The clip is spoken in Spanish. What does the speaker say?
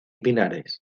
pinares